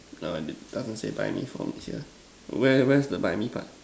err it doesn't say buy me for this here where's where's the buy me part